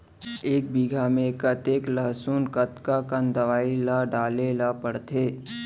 एक बीघा में कतेक लहसुन कतका कन दवई ल डाले ल पड़थे?